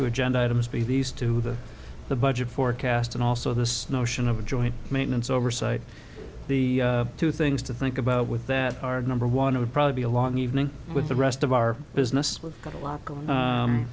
two agenda items be these two with the budget forecast and also this notion of a joint maintenance oversight the two things to think about with that our number one i would probably be a long evening with the rest of our business we've got a lot going